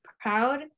proud